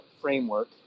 framework